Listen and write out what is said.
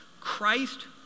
Christ